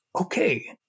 okay